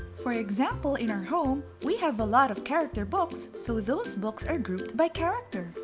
for example, in our home we have a lot of character books so those books are grouped by character.